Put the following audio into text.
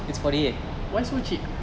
why so cheap